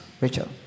Rachel